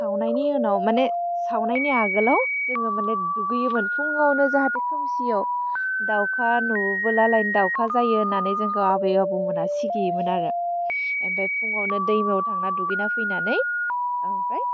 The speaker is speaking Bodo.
सावनायनि उनाव मानि सावनायनि आगोलाव जोङो मानि दुगैयोमोन फुङावनो जाहाथे खोमसियाव दावखा नुबोला लायनो दावखा जायो होन्नानै जोंखौ आबै आबौ मोनहा सिगियोमोन आरो ओमफाय फुङावनो दैमायाव थांना दुगैना फैनानै आमफ्राय